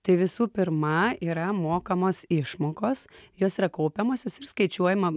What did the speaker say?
tai visų pirma yra mokamos išmokos jos yra kaupiamosios ir skaičiuojama